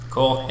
Cool